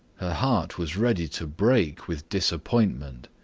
her heart was ready to break with disappointment.